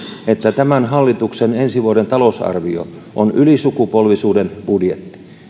että tämän hallituksen ensi vuoden talousarvio on ylisukupolvisuuden budjetti